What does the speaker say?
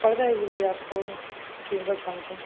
पड़ जाएगी भईया आपको तीन सौ समथिंग